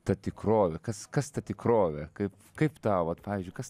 ta tikrovė kas kas ta tikrovė kaip kaip tau vat pavyzdžiui kas